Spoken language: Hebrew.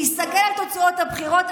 תסתכל על תוצאות הבחירות,